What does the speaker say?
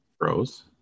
pros